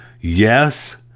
yes